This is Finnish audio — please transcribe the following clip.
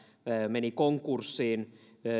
meni konkurssiin